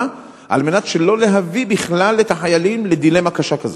על מנת שלא להביא בכלל את החיילים לדילמה קשה כזאת.